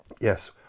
yes